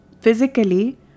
Physically